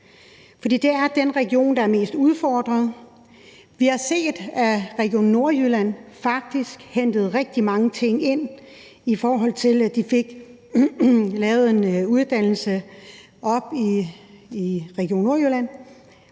for det er den region, der er mest udfordret. Vi har set, at Region Nordjylland faktisk hentede rigtig mange ting ind, i forhold til at de fik lavet en uddannelse i regionen